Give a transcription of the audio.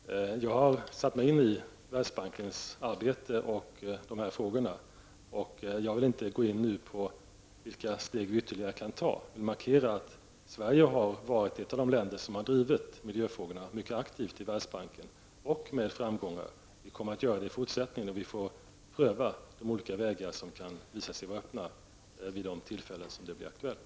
Fru talman! Jag har satt mig in i Världsbankens arbete och de här frågorna. Jag vill inte nu gå in på vilka steg regeringen ytterligare kan ta i den här frågan, men jag vill markera att Sverige har varit en av de länder som drivit miljöfrågorna mycket aktivt i Världsbanken, och med framgång, och vi kommer att göra det i fortsättningen. Vi får pröva de olika vägar som kan visa sig vara öppna vid de tillfällen då det blir aktuellt.